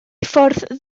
ffordd